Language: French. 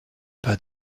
pas